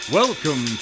welcome